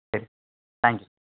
சரி தேங்க்யூ